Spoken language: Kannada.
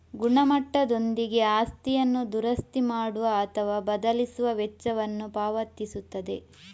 ಗುಣಮಟ್ಟದೊಂದಿಗೆ ಆಸ್ತಿಯನ್ನು ದುರಸ್ತಿ ಮಾಡುವ ಅಥವಾ ಬದಲಿಸುವ ವೆಚ್ಚವನ್ನು ಪಾವತಿಸುತ್ತದೆ